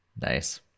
nice